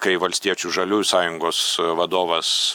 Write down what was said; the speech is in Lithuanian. kai valstiečių žaliųjų sąjungos vadovas